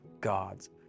God's